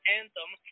Anthem